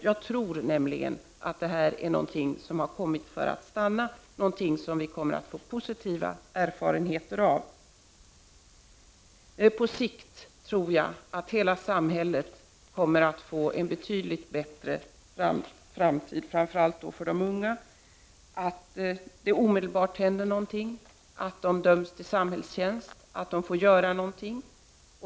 Jag tror nämligen att det här är någonting som har kommit för att stanna, något som vi kommer att få positiva erfarenheter av. Jag tror att hela samhället på sikt kommer att få en betydligt bättre framtid, framför allt de unga. Det händer någonting omedelbart, de döms till samhällstjänst — de får göra någonting.